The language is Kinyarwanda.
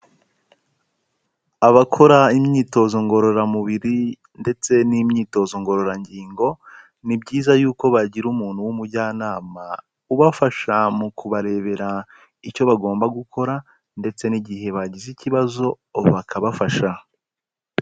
Abakora imyitozo ngororamubiri ndetse n'imyitozo ngororangingo ni byiza yuko bagira umuntu w'umujyanama, ubafasha mu kubarebera icyo bagomba gukora ndetse n'igihe bagize ikibazo bakabafasha.